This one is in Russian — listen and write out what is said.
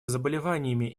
заболеваниями